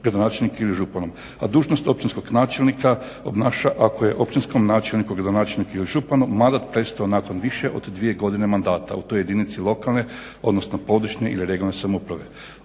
A dužnost općinskog načelnika obnaša ako je općinskom načelniku, gradonačelniku ili županu mandat prestao nakon više od dvije godine mandata u toj jedinici lokalne regionalne samouprave.